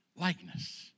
likeness